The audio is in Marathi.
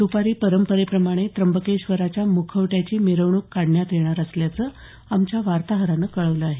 दपारी परंपरेप्रमाणे त्यंबकेश्वराच्या मुखवट्याची मिरवणूक काढण्यात येणार असल्याचं आमच्या वार्ताहरानं कळवलं आहे